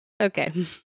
Okay